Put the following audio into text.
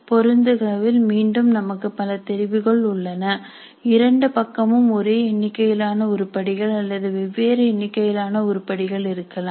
பொருத்துக வில் மீண்டும் நமக்கு பல தெரிவுகள் உள்ளன இரண்டு பக்கமும் ஒரே எண்ணிக்கையிலான உருப்படிகள் அல்லது வெவ்வேறு எண்ணிக்கையிலான உருப்படிகள் இருக்கலாம்